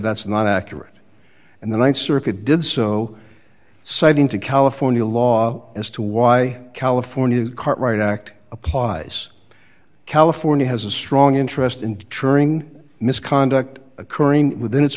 that's not accurate and the th circuit did so citing to california law as to why california court right act applies california has a strong interest in trying misconduct occurring within its